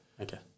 Okay